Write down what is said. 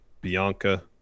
Bianca